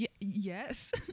Yes